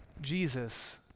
Jesus